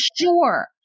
sure